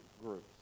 groups